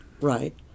right